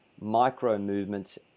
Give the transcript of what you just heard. micro-movements